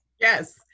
yes